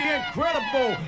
incredible